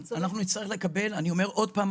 אני אומר עוד פעם,